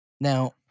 Now